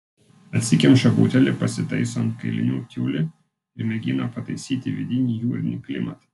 atsikemša butelį pasitaiso ant kailinių tiulį ir mėgina pataisyti vidinį jūrinį klimatą